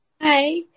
Hi